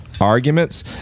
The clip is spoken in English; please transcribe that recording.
arguments